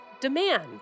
Demand